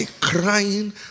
crying